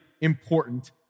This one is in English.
important